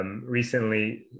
Recently